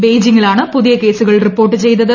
ബെയ്ജിംഗിലാണ് പുതിയ കേസുകൾ റിപ്പോർട്ട് ക്ഷ്യ്തത്